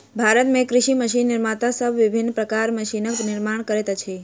भारत मे कृषि मशीन निर्माता सब विभिन्न प्रकारक मशीनक निर्माण करैत छथि